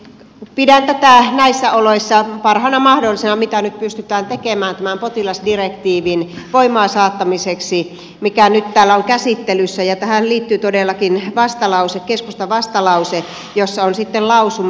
pidän tätä näissä oloissa parhaana mahdollisena mitä nyt pystytään tekemään tämän potilasdirektiivin voimaansaattamiseksi mikä nyt täällä on käsittelyssä ja tähän liittyy todellakin keskustan vastalause jossa on sitten lausuma